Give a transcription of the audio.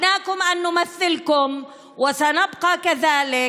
הבטחנו לכם לייצג אתכם ונתמיד בכך,